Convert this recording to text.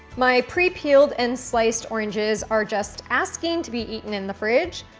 my pre-pealed and sliced oranges are just asking to be eaten in the fridge,